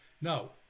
No